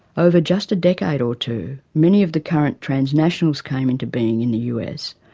over just a decade or two, many of the current transnationals came into being in the us.